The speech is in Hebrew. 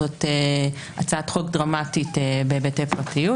זו הצעת חוק דרמטית בהיבטי פרטיות.